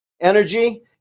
Energy